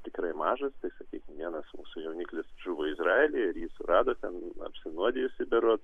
tikrai mažas tai sakykim vienas mūsų jauniklis žuvo izraelyje ir jį surado ten apsinuodijusį berods